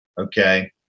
okay